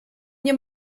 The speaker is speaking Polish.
nie